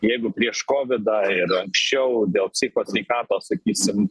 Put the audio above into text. jeigu prieš kovidą ir anksčiau dėl psichikos sveikatos sakysim